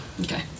Okay